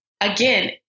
Again